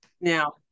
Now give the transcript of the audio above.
Now